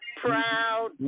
proud